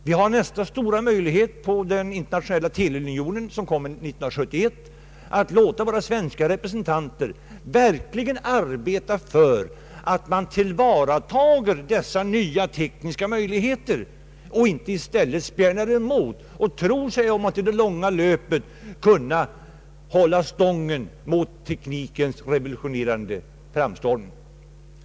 Vi har nästa stora möjlighet på den internationella TV-unionen som kommer 1971 att låta våra svenska representanter verkligen arbeta för att man tillvaratar dessa nya tekniska möjligheter och inte i stället spjärnar emot och tror sig om att i det långa loppet kunna stå emot teknikens revolutionerande framstormning.